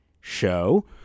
show